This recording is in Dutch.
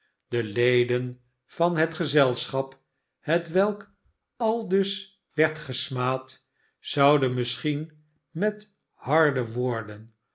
de leden van het gezelschap hetwelk aldus werd gesmaad zouden misschien met harde woorden